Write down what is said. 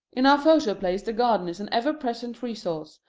in our photoplays the garden is an ever-present resource,